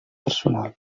personal